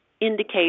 indicate